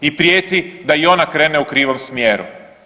I prijeti da i ona krene u krivom smjeru.